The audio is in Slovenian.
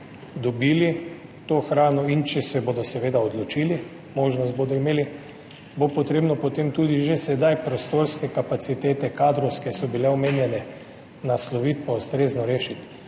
dobili to hrano, če se bodo seveda odločili, možnost bodo imeli, bo potrebno potem tudi že sedaj prostorske kapacitete, kadrovske so bile omenjene, nasloviti in ustrezno rešiti.